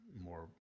more